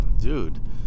dude